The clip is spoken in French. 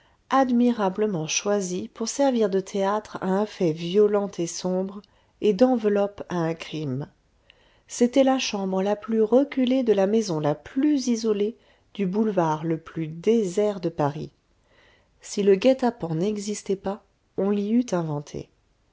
admirablement choisi pour servir de théâtre à un fait violent et sombre et d'enveloppe à un crime c'était la chambre la plus reculée de la maison la plus isolée du boulevard le plus désert de paris si le guet-apens n'existait pas on l'y